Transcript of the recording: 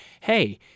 hey